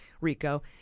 RICO